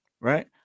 Right